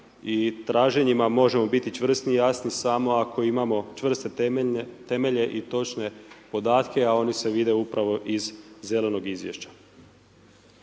i traženjima možemo biti čvrsti i jasni samo ako imamo čvrste temelje i točne podatke a oni se vide upravo iz zelenog izvješća.